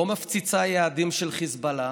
לא מפציצה יעדים של חיזבאללה,